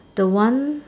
the one